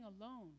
alone